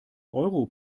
euro